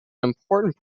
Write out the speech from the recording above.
important